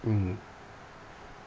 mmhmm